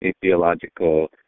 theological